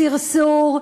סרסור,